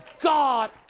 God